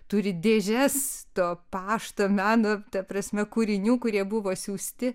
turi dėžes to pašto meno ta prasme kūrinių kurie buvo siųsti